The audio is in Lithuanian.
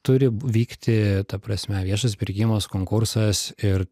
turi vykti ta prasme viešas pirkimas konkursas ir